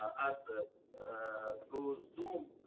us ah ah through zoom,